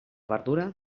verdura